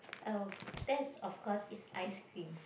oh that's of course is ice cream